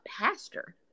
pastor